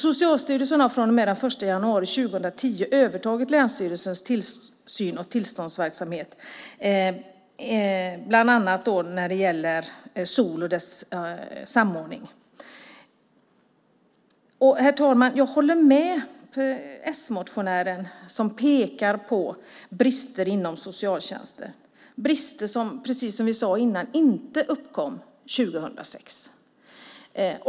Socialstyrelsen har från den 1 januari 2010 övertagit länsstyrelsernas tillsyns och tillståndsverksamhet, bland annat när det gäller SoL och dess samordning. Herr talman! Jag håller med s-motionären som pekar på brister inom socialtjänsten. Dessa brister uppkom dock inte 2006.